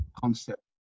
concept